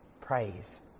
praise